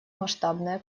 масштабная